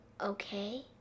Okay